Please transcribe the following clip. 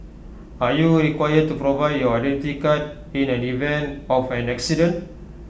are you required to provide your Identity Card in an event of an accident